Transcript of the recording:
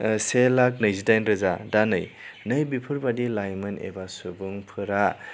से लाख नैजिदाइन रोजा दा नै नैबेफोरबायदि लाइमोन एबा सुबुंफोरा